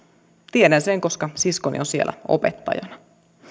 tiedän sen koska siskoni on siellä opettajana